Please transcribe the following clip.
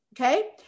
Okay